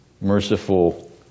merciful